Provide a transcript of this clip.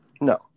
No